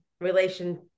relation